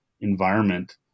environment